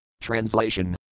Translation